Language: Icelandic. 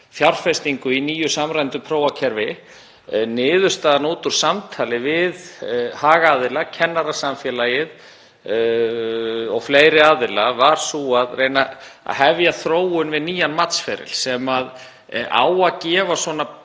fjárfestingu í nýju samræmduprófakerfi. Niðurstaðan úr samtali við hagaðila, kennarasamfélagið og fleiri aðila, var sú að reyna að hefja þróun við nýjan matsferil sem á að gefa betri